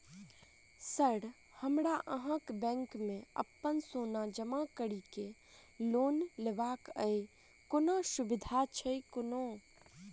Sir हमरा अहाँक bank मे अप्पन सोना जमा करि केँ लोन लेबाक अई कोनो सुविधा छैय कोनो?